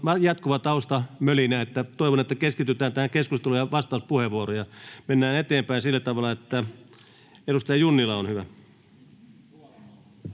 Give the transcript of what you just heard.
jatkuva taustamölinä. Toivon, että keskitytään tähän keskusteluun ja vastauspuheenvuoroihin. — Mennään eteenpäin sillä tavalla, että edustaja Junnila, olkaa hyvä.